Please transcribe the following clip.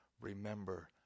remember